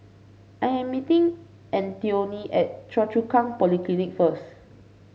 I am meeting Antione at Choa Chu Kang Polyclinic first